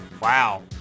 Wow